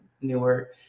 newer